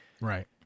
Right